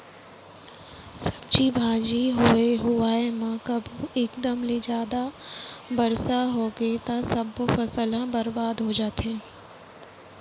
सब्जी भाजी होए हुवाए म कभू एकदम ले जादा बरसा होगे त सब्बो फसल ह बरबाद हो जाथे